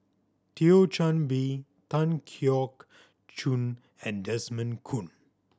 Thio Chan Bee Tan Keong Choon and Desmond Kon